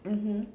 mmhmm